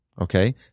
okay